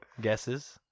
Guesses